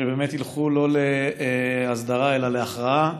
שבאמת ילכו לא להסדרה אלא להכרעה.